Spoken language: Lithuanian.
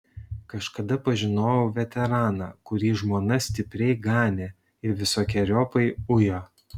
kažkada pažinojau veteraną kurį žmona stipriai ganė ir visokeriopai ujo